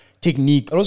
technique